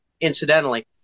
incidentally